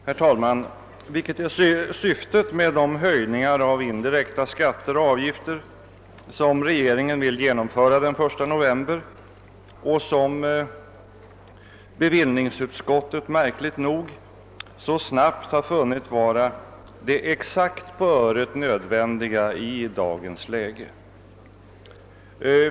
Herr talman! Vilket är syftet med de höjningar av indirekta skatter och avgifter som regeringen vill genomföra den 1 november och som bevillningsutskottet märkligt nog så snabbt har funnit vara det exakt på öret nödvändiga i dagens läge?